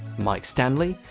mike stanley,